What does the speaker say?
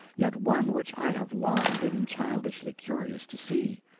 yet one which i have long been childishly curious to see.